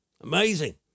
Amazing